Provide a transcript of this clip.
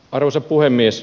arvoisa puhemies